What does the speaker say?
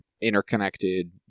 interconnected